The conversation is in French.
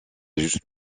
juste